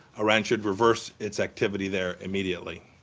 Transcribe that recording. iran should reverse its activity there immediately.